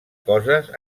coses